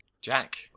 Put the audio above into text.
Jack